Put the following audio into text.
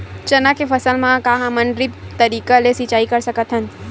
चना के फसल म का हमन ड्रिप तरीका ले सिचाई कर सकत हन?